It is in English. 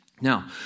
Now